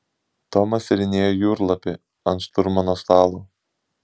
tomas tyrinėjo jūrlapį ant šturmano stalo